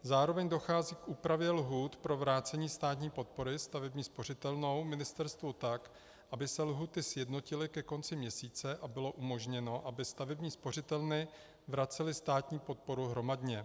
Zároveň dochází k úpravě lhůt pro vrácení státní podpory stavební spořitelnou ministerstvu tak, aby se lhůty sjednotily ke konci měsíce a bylo umožněno, aby stavební spořitelny vracely státní podporu hromadně.